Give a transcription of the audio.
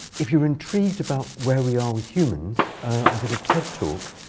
if you're intrigued about where we are with humans, i did a ted talk.